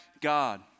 God